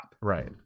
Right